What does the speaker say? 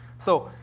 so,